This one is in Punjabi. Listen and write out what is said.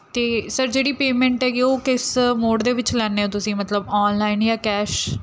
ਅਤੇ ਸਰ ਜਿਹੜੀ ਪੇਮੈਂਟ ਹੈਗੀ ਉਹ ਕਿਸ ਮੋਡ ਦੇ ਵਿੱਚ ਲੈਂਦੇ ਹੋ ਤੁਸੀਂ ਮਤਲਬ ਆਨਲਾਈਨ ਜਾਂ ਕੈਸ਼